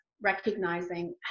recognizing